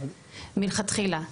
מלכתחילה.